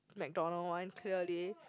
McDonald one clearly